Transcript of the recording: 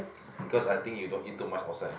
because I think you don't eat too much outside